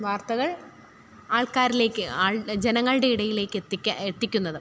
വാർത്തകൾ ആൾക്കാരിലേക്ക് ആളുടെ ജനങ്ങളുടെ ഇടയിലേക്കെത്തിക്ക എത്തിക്കുന്നത്